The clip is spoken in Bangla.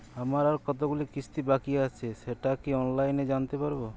আমার আর কতগুলি কিস্তি বাকী আছে সেটা কি অনলাইনে জানতে পারব?